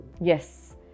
Yes